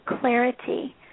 clarity